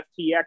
FTX